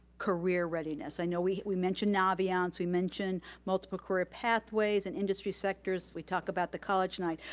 career readiness. i know we we mentioned naviance, we mentioned multiple career pathways and industry sectors, we talk about the college night,